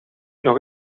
nog